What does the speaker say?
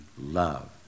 love